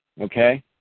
okay